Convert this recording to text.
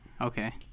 okay